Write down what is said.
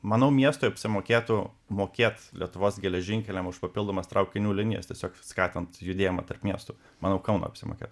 manau miestui apsimokėtų mokėt lietuvos geležinkeliam už papildomas traukinių linijas tiesiog skatint judėjimą tarp miestų manau kauną apsimokėt